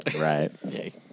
Right